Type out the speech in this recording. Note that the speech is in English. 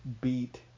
beat